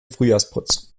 frühjahrsputz